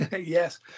Yes